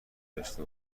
داشته